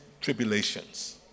tribulations